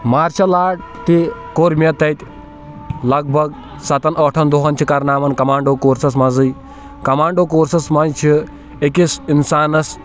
martial art تہِ کوٚر مےٚ تتہِ لَگ بَگ سَتَن ٲٹَھن دۄہن چھِ کَرناوَن کَمانٛڈو کورسَس منٛزٕے کَمانٛڈو کورسَس منٛز چھِ أکِس اِنسانَس